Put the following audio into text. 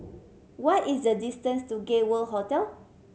what is the distance to Gay World Hotel